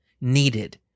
needed